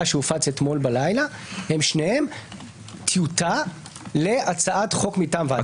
שהופץ אתמול בלילה הם שניהם טיוטה להצעת חוק מטעם הוועדה.